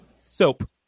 Soap